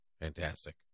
fantastic